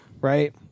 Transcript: Right